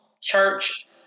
church